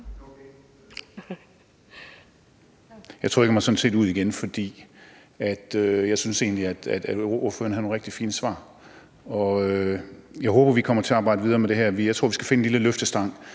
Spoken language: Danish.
Jeg trykkede mig sådan set ud igen, for jeg syntes egentlig, at ordføreren havde nogle rigtig fine svar. Jeg håber, at vi kommer til at arbejde videre med det her. Jeg tror, vi skal finde en lille løftestang